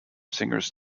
singers